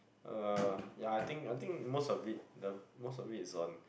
uh ya I think I think most of it the most of it is on